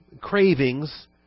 cravings